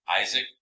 Isaac